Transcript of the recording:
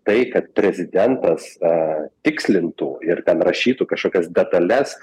tai kad prezidentas a tikslintų ir ten rašytų kažkokias detales